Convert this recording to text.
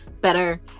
better